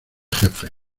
jefes